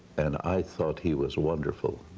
and i thought he was wonderful.